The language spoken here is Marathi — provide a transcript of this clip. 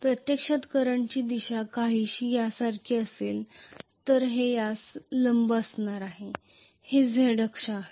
प्रत्यक्षात करंटची दिशा काहीशी यासारखी असेल तर हे यास लंब आहे हे Z अक्ष आहे